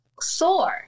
sore